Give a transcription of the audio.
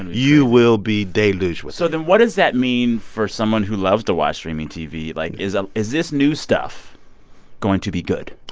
you will be deluged with it so then what does that mean for someone who loves to watch streaming tv? like, is um is this new stuff going to be good?